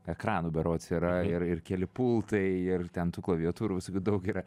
ekranų berods yra ir ir keli pultai ir ten tų klaviatūros visokių daug yra